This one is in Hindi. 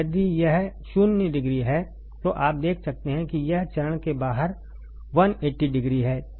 यदि यह 0 डिग्री है तो आप देख सकते हैं कि यह चरण के बाहर 180 डिग्री है